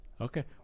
Okay